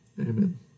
Amen